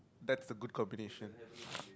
that's the good combination